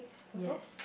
yes